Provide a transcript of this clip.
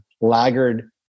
laggard